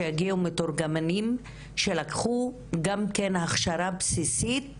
הוא שיגיעו מתורגמנים שלקחו גם כן הכשרה בסיסית